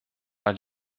war